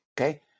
Okay